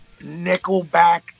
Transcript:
Nickelback